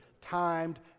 timed